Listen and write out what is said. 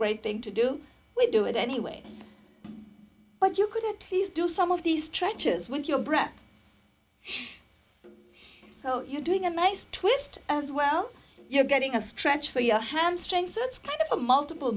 great thing to do we do it anyway but you could at least do some of these stretchers with your breath so you're doing a maze twist as well you're getting a stretch for your hamstring so it's kind of a multiple